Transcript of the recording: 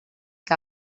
que